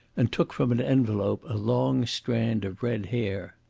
and took from an envelope a long strand of red hair.